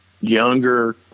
younger